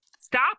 stop